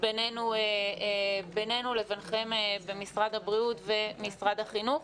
בינינו לבינכם במשרד הבריאות ומשרד החינוך.